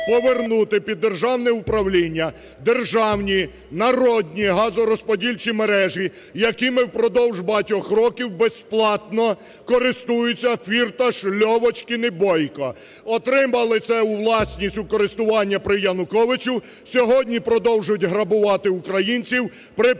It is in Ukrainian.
повернути державне управління державні, народні газорозподільчі мережі, якими впродовж багатьох років безплатно користуються Фірташ, Льовочкін і Бойко. Отримали це у власність, у користування при Януковичу, сьогодні продовжують грабувати українців при Порошенку.